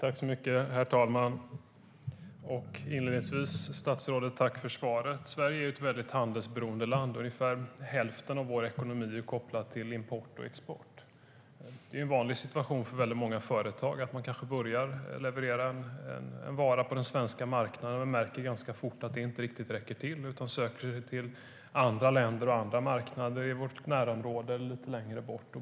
Sverige är ett väldigt handelsberoende land. Ungefär hälften av vår ekonomi är kopplad till import och export. Det är en vanlig situation för många företag att man börjar att leverera en vara på den svenska marknaden, men man märker ganska fort att det inte räcker till, varför man söker sig till andra länder och marknader i vårt närområde lite längre bort.